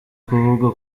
kuvuga